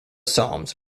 psalms